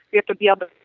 we have to be ah but